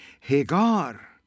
Hagar